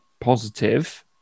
positive